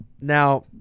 Now